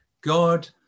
God